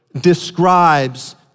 describes